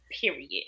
Period